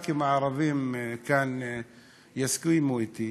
חברי הכנסת הערבים כאן יסכימו אתי,